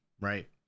right